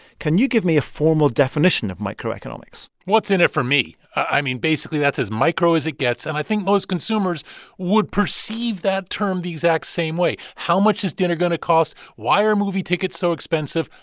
can you give me a formal definition of microeconomics? what's in it for me? i mean, basically, that's as micro as it gets. and i think most consumers would perceive that term the exact same way. how much is dinner going to cost? why are movie tickets so expensive?